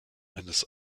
eines